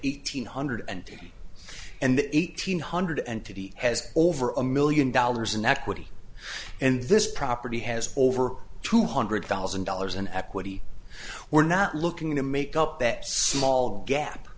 eighteen hundred and and eighteen hundred and thirty has over a million dollars in equity and this property has over two hundred thousand dollars in equity we're not looking to make up that small gap